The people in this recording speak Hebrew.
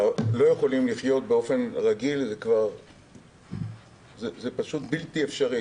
יכולים לחיות באופן רגיל, זה בלתי אפשרי.